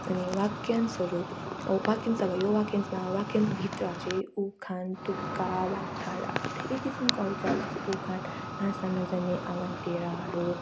अनि वाक्यांशहरू वाक्यांश अब यो वाक्यांशमा वाक्यांश भित्र चाहिँ उखान तुक्का वाग्धारा धेरै किसिमको आउँछ जस्तै उखान नाच्न नजान्ने आँगन टेढोहरू